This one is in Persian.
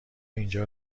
اینجا